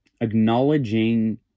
acknowledging